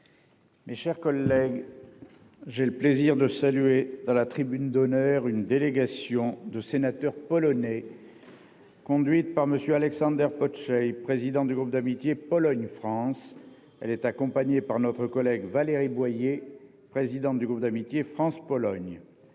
Mes chers collègues, j'ai le plaisir de saluer, dans la tribune d'honneur, une délégation de sénateurs polonais, conduite par M. Aleksander Pociej, président du groupe d'amitié Pologne-France. Elle est accompagnée par notre collègue Mme Valérie Boyer, présidente du groupe d'amitié France-Pologne.